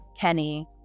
Kenny